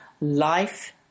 life